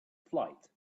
flight